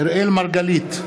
אראל מרגלית,